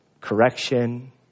correction